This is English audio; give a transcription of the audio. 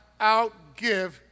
outgive